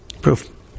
Proof